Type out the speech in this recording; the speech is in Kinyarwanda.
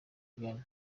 vianney